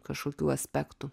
kažkokių aspektų